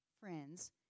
friends